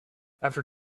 after